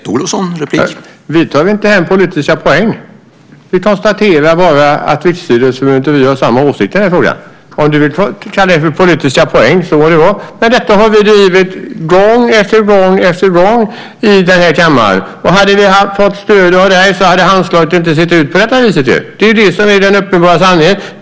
Herr talman! Vi tar inte hem politiska poäng. Vi konstaterar bara att Riksidrottsförbundet och vi har samma åsikt i den här frågan. Om du vill kalla det för politiska poäng må det vara hänt, men detta har vi drivit gång efter gång i den här kammaren. Hade vi fått stöd av dig hade Handslaget inte sett ut på det här sättet. Det är det som är den uppenbara sanningen.